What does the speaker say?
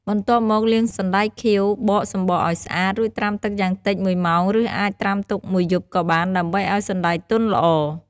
បន្ទាប់មកលាងសណ្ដែកខៀវបកសំបកឲ្យស្អាត រួចត្រាំទឹកយ៉ាងតិច ១ ម៉ោង ឬអាចត្រាំទុកមួយយប់ក៏បាន ដើម្បីឲ្យសណ្ដែកទន់ល្អ។